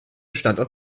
standort